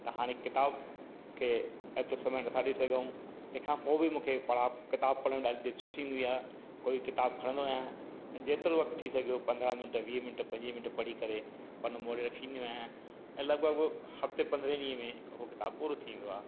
त हाणे किताब खे एतिरो समय नथा ॾेई सघूं तंहिंखां पोइ बि मूंखे पढ़ा किताब पढ़ण में ॾाढी दिलचस्पी ईंदी आ्हे कोई किताबु खणंदो न आहे ऐं जेतिरो वक़्ति थी सघियो पंद्राहं मिंट वीह मिंट पंजवीह मिंट पढ़ी करे ऐं लॻभॻि हद पंद्राहं वीह में हू किताब पूरो थी वेंदो आहे